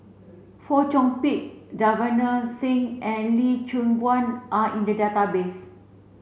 Fong Chong Pik Davinder Singh and Lee Choon Guan are in the database